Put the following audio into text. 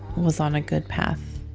was on a good path.